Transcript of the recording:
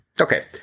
Okay